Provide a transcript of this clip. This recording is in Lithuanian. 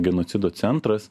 genocido centras